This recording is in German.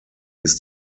ist